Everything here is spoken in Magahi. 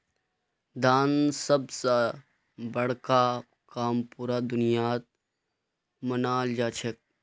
दान सब स बड़का काम पूरा दुनियात मनाल जाछेक